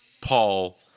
Paul